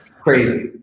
crazy